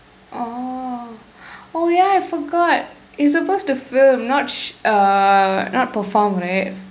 oh oh ya I forgot it's supposed to film not sh uh not perform right